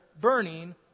burning